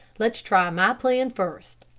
let's try my plan first.